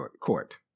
Court